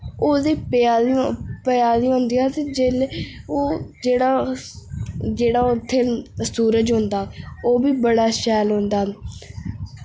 ओह्दे पेआ दियां पेआ दियां होंदियां ते जेल्लै ओ जेह्ड़ा जेह्ड़ा उत्थै सूरज होंदा ओह् बी बड़ा शैल होंदा